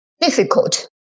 difficult